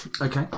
Okay